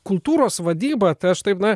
kultūros vadyba tai aš taip na